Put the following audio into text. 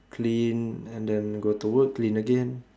clean and then go to work clean again